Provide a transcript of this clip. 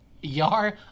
Yar